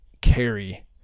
carry